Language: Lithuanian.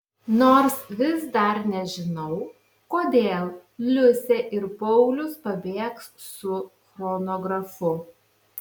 nors vis dar nežinau kodėl liusė ir paulius pabėgs su chronografu